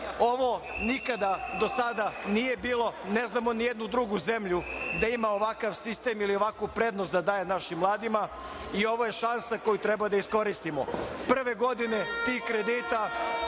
ovo nikada do sada nije bilo, ne znamo ni jednu drugu zemlju gde ima ovakav sistem ili ovakvu prednost da daje našim mladima. Ovo je šansa koju treba da iskoristimo. Prve godine tih kredita